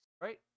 Right